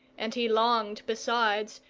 and he longed, besides,